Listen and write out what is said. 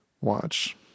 watch